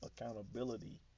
accountability